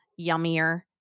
yummier